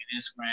instagram